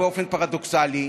באופן פרדוקסלי,